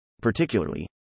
Particularly